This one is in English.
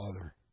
Father